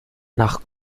nach